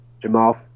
Jamal